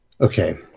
Okay